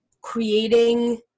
creating